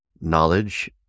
Knowledge